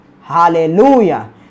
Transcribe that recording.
hallelujah